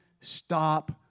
stop